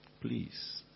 Please